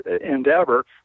endeavor